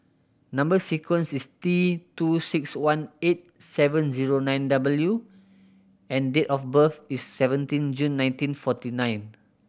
number sequence is T two six one eight seven zero nine W and date of birth is seventeen June nineteen fourteen nine